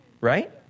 right